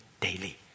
daily